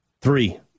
Three